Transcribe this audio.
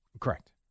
Correct